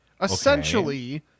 essentially